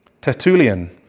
Tertullian